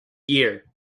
year